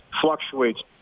fluctuates